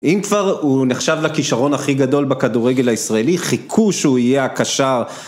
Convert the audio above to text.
אם כבר הוא נחשב לכישרון הכי גדול בכדורגל הישראלי, חיכו שהוא יהיה הקשר.